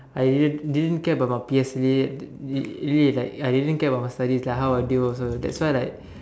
I didn't didn't care about my P_S_L_E did really like I didn't care about my studies like how I do also that's why I like